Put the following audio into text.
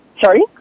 Sorry